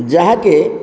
ଯାହାକି